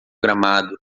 gramado